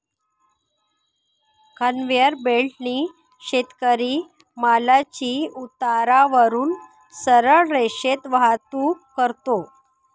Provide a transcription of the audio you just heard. conveyor बेल्टने शेतकरी मालाची उतारावरून सरळ रेषेत वाहतूक करतो